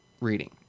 reading